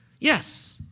Yes